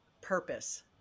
purpose